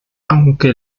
aunque